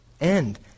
end